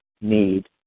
need